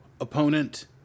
opponent